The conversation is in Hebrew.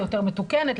יותר מתוקנת,